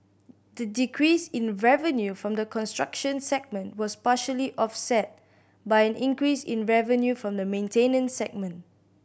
the decrease in revenue from the construction segment was partially offset by an increase in revenue from the maintenance segment